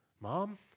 Mom